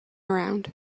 around